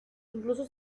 incluso